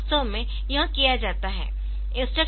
तो वास्तव में यह किया जाता है